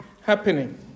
happening